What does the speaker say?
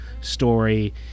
story